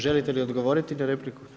Želite li odgovoriti na repliku?